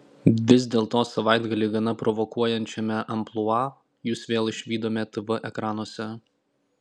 vis dėlto savaitgalį gana provokuojančiame amplua jus vėl išvydome tv ekranuose